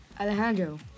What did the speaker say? Alejandro